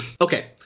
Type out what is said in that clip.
okay